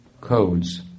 codes